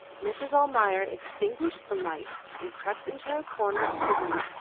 mrs. almayer extinguished the light and crept into her corner of the room.